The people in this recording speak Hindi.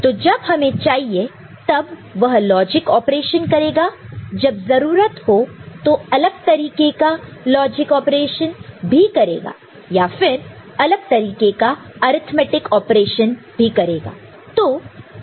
तो जब हमें चाहिए तब वह लॉजिक ऑपरेशन करेगा जब जरूरत हो तो अलग तरीके का लॉजिक ऑपरेशन भी करेगा या फिर अलग तरीके का अर्थमैटिक ऑपरेशन भी करेगा